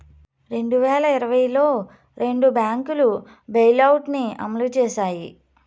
రెండు వేల ఇరవైలో రెండు బ్యాంకులు బెయిలౌట్ ని అమలు చేశాయి